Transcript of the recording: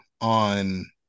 on